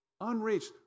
Unreached